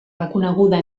reconeguda